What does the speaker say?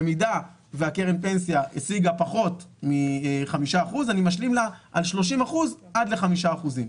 במידה שהקרן פנסיה השיגה פחות מ-5% אני משלים לה על 30% עד ל-5%.